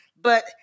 But-